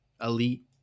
elite